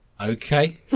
Okay